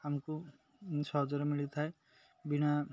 ଆମକୁ ସହଜରେ ମିଳିଥାଏ ବିନା